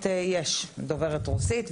אצלנו במרכז הזכויות יש דוברת רוסית,